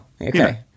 Okay